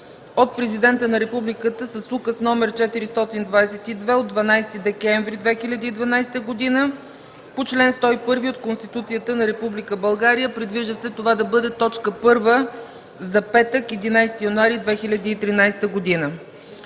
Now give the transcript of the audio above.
от Президента на републиката с Указ № 422 от 12 декември 2012 г. по чл. 101 от Конституцията на Република България. Предвижда се това да бъде точка първа за петък, 11 януари 2013 г.